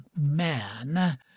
man